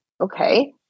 Okay